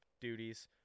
duties